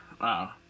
Wow